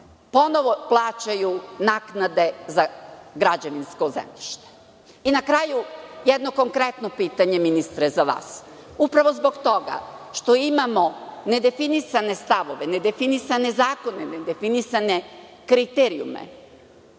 ponovo plaćaju naknade za građevinsko zemljište. Na kraju jedno konkretno pitanje, ministre, za vas, upravo zbog toga što imamo nedefinisane stavove, nedefinisane zakone, nedefinisane kriterijume.